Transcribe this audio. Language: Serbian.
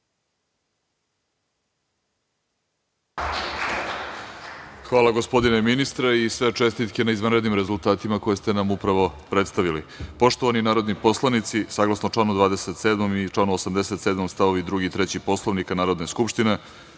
Hvala, gospodine ministre. Sve čestitke na izvanrednim rezultatima koje ste nam upravo predstavili. Poštovani narodni poslanici, saglasno članu 27. i članu 87. stavu 2. i 3. Poslovnika Narodne skupštine,